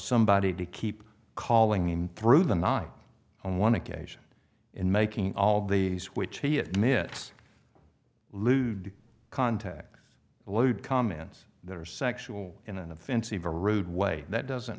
somebody to keep calling him through the night on one occasion in making all these which he admits to contact lewd comments that are sexual in an offensive or read way that doesn't